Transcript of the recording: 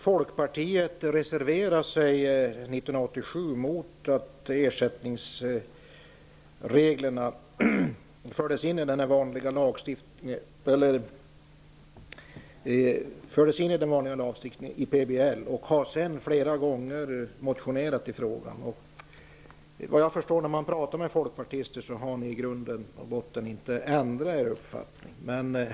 Folkpartiet reserverade sig 1987 mot att ersättningsreglerna fördes in i den vanliga lagstiftningen och har sedan flera gånger motionerat i frågan. Vad jag förstår har folkpartiet i grund och botten inte ändrat sin uppfattning.